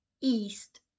east